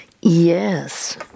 Yes